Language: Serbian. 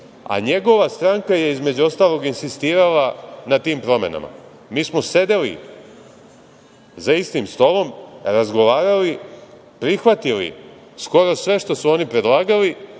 a njegova stranka je između ostalog insistirala na tim promenama. Mi smo sedeli za istim stolom, razgovarali, prihvatili skoro sve što su oni predlagali